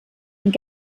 und